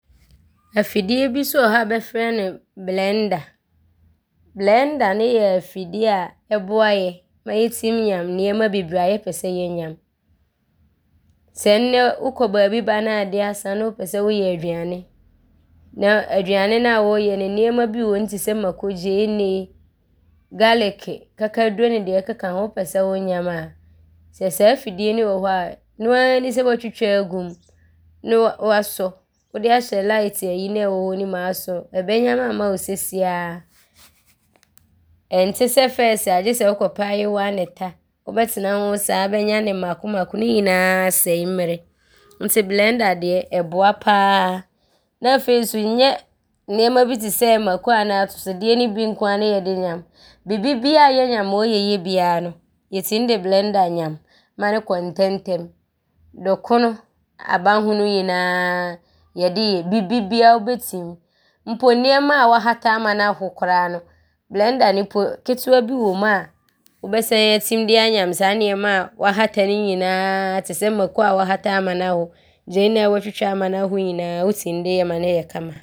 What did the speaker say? Afidie bi so wɔ hɔ a bɛfrɛ no belɛnda. Belɛnda ne yɛ afidie a ɔboa yɛ ma yɛtim nyam nnoɔma bebree a yɛpɛ sɛ yɛnyam. Sɛ nnɛ wokɔ baabi ba ne adeɛ asa ne wopɛ sɛ woyɛ aduane ne aduane no a wɔɔyɛ no, nnoɔma bi wom te sɛ mako, gyeenee, galeke, akakaduro ne deɛ ɔkeka ho ne wopɛ sɛ wonyam a, sɛ saa afidie no wɔ hɔ a, noaa di sɛ, woatwitwa agum ne woasɔ wode ahyɛ kanea ayi no a ɔwɔ hɔ ne mu asɔ. Ɔbɛnyam aama wo seesei ara. Ɔnte sɛ kane no, agye sɛ wokɔfa ayowa ne ta. Wobɛtena hoo saaa. Wobɛnyam no mmaako mmaako. Ne nyinaa sɛe mmerɛ nti belɛnda deɛ, ɔboa pa ara. Ne afei so nyɛ nnoɔma bi te sɛ mako anaa gyeenee bi nko ara ne yɛde nyam. Bibibiaa a yɛnyam a ɔyɛ yie biaa no, yɛtim de belɛnda nyam ma no kɔ ntɛmntɛm. Dɔkono a bɛahono nyinaa yɛde yɛ. Bibibiaa wobɛtim mpo nnoɔma woahata ama no aho koraa no, belɛnda no mpo ketewa bi wom a wobɛsane atim de anyam saa nnoɔma a woahata ne nyinaa te sɛ mako a woahata ama no aho, gyeenee a woatwitwa ama no aho nyinaa wotim de nyam ma mo yɛ kama.